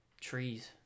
trees